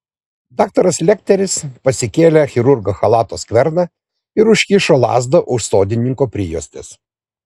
daktaras lekteris pasikėlė chirurgo chalato skverną ir užkišo lazdą už sodininko prijuostės